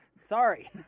Sorry